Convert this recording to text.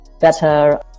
better